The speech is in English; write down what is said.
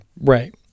Right